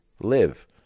live